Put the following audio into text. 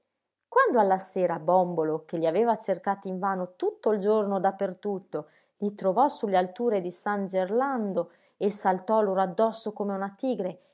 quando alla sera bòmbolo che gli aveva cercati invano tutto il giorno da per tutto gli trovò su le alture di san gerlando e saltò loro addosso come un tigre